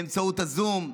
באמצעות הזום,